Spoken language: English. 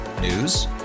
News